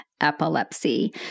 epilepsy